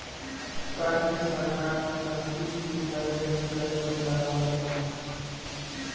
कर के सरकार की रशी के बैलेन्स करे बदे लगावल जाला